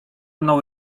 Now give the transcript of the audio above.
mną